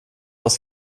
oss